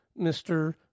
Mr